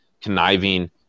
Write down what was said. conniving